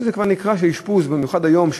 וזה כבר נקרא אשפוז ארוך במיוחד היום,